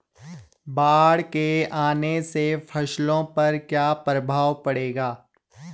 बाढ़ के आने से फसलों पर क्या प्रभाव पड़ेगा?